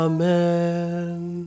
Amen